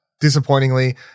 disappointingly